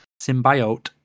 Symbiote